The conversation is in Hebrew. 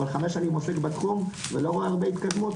אבל חמש שנים עוסק בתחום ולא רואה הרבה התקדמות